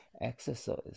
exercise